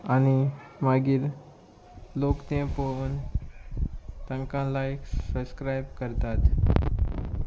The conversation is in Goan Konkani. आनी मागीर लोक ते पळोवन तांकां लायक्स सक्रायब करतात